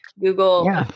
Google